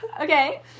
Okay